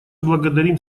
благодарим